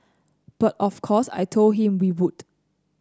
but of course I told him we would